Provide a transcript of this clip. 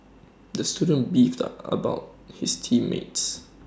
the student beefed A about his team mates